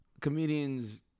comedians